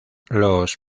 los